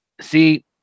see